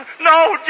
No